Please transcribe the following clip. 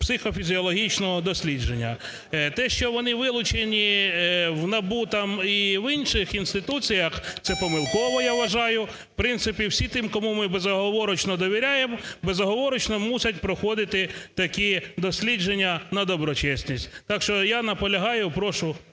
психофізіологічного дослідження. Те, що вони вилучені в НАБУ, там, і в інших інституціях, це помилково, я вважаю. В принципі всі ті, кому ми безоговорочно довіряєм, безоговорочно мусять проходити такі дослідження на доброчесність. Так що я наполягаю. Прошу